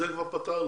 את זה כבר פתרנו.